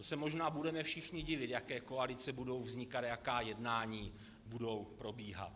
To se možná budeme všichni divit, jaké koalice budou vznikat a jaká jednání budou probíhat.